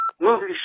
Movie